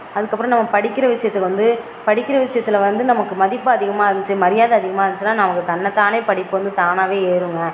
அதுக்கப்புறம் நம்ம படிக்கிற விஷயத்துக்கு வந்து படிக்கின்ற விஷியத்தில் வந்து நமக்கு மதிப்பு அதிகமாக இருந்துச்சு மரியாதை அதிகமாக இருந்துச்சுனா நமக்கு தன்ன தானே படிப்பு தானாவே ஏறுங்க